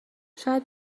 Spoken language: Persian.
شاید